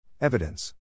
Evidence